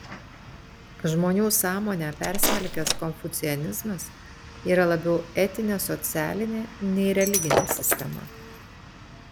žmonių sąmonę persmelkęs konfucianizmas yra labiau etinė socialinė nei religinė sistema